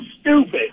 stupid